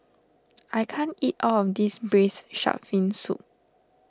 I can't eat all of this Braised Shark Fin Soup